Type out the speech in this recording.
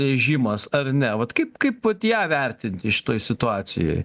režimas ar ne vat kaip kaip vat ją vertinti šitoj situacijoj